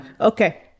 okay